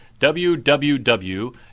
www